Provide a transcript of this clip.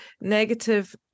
negative